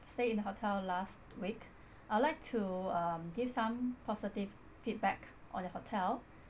stay in the hotel last week I'd like to um give some positive feedback on the hotel